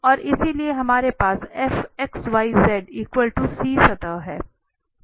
और इसलिए हमारे पास f xyz C सतह है